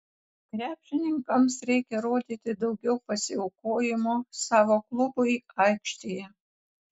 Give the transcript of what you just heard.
krepšininkams reikia rodyti daugiau pasiaukojimo savo klubui aikštėje